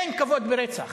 אין כבוד ברצח.